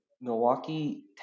Milwaukee